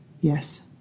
Yes